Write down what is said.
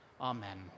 Amen